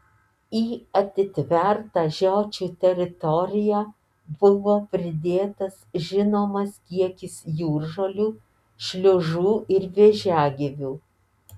į atitvertą žiočių teritoriją buvo pridėtas žinomas kiekis jūržolių šliužų ir vėžiagyvių